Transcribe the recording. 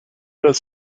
does